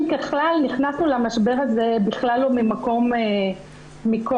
ככלל, נכנסנו למשבר הזה בכלל לא ממקום שוויוני.